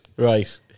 Right